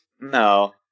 No